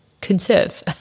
conserve